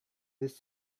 this